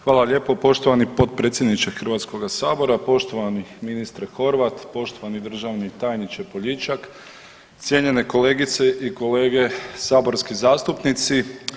Hvala lijepo poštovani potpredsjedniče HS-a, poštovani ministre Horvat, poštovani državni tajniče Poljičak, cijenjene kolegice i kolege saborski zastupnici.